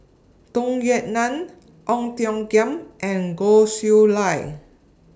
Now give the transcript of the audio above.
Tung Yue Nang Ong Tiong Khiam and Goh Chiew Lye